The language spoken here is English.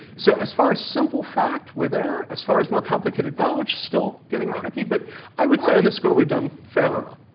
so as far as simple fact, we're there. as far as complicated knowledge, still getting tricky, but i would say on this score we've done fairly well.